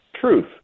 truth